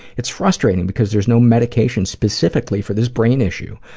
it's frustrating because there's no medication specifically for this brain issue.